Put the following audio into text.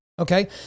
Okay